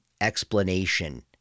explanation